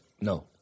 No